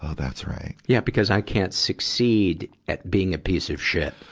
ah that's right. yeah, because i can't succeed at being a piece of shit.